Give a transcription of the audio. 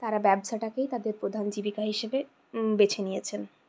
তারা ব্যবসাটাকেই তাদের প্রধান জীবিকা হিসেবে বেছে নিয়েছেন